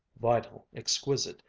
vital, exquisite,